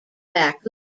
back